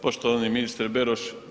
Poštovani ministre Beroš.